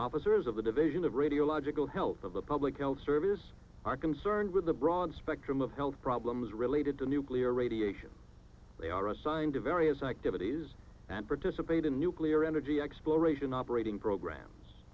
officers of the division of radiological health of the public health service are concerned with a broad spectrum of health problems related to nuclear radiation they are assigned to various activities and participate in nuclear energy exploration operating programs